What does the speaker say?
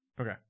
okay